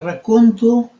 rakonto